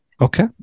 Okay